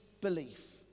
belief